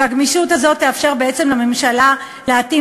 והגמישות הזאת תאפשר בעצם לממשלה להתאים